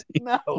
No